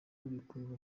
bikurura